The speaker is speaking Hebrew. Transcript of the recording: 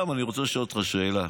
אני רוצה לשאול אותך שאלה,